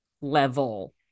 level